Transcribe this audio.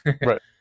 Right